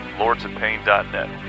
lordsofpain.net